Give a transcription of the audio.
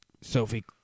Sophie